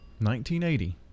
1980